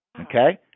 okay